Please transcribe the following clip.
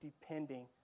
depending